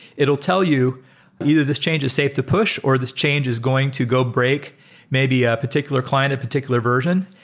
it'll tell you either this change is safe to push or this change is going to go break maybe a particular client, a particular version.